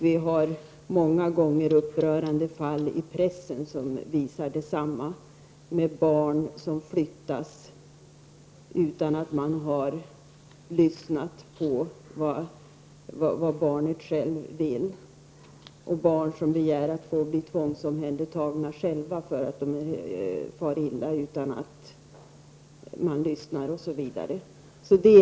Vi har många gånger läst om upprörande fall i pressen som visar detsamma: Barn som flyttas utan att man har lyssnat på vad de själva vill, och barn som begär att få bli tvångsomhändertagna därför att de far illa, men där man inte lyssnar osv.